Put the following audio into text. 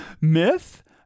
myth